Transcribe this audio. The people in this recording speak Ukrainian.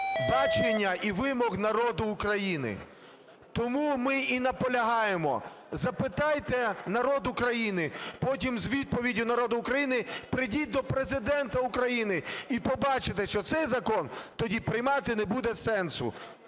бачення і вимог народу України. Тому ми і наполягаємо: запитайте народ України, потім з відповіддю народу України прийдіть до Президента України. І побачите, що цей закон тоді приймати не буде сенсу.